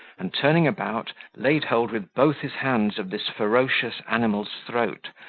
and turning about, laid hold with both his hands of this ferocious animal's throat,